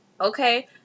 okay